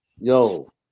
yo